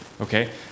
Okay